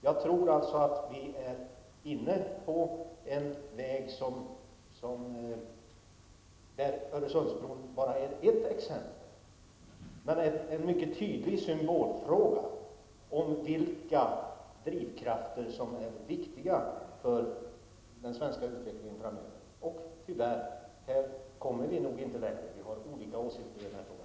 Jag tror alltså att vi är inne på en väg där Öresundsbron bara är ett exempel men ändå en mycket tydlig symbolfråga för vilka drivkrafter som är viktiga för den svenska utvecklingen framöver. Här kommer vi nog tyvärr inte längre, utan vi har olika åsikter i den frågan.